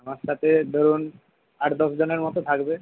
আমার সাথে ধরুন আট দশ জনের মতো থাকবে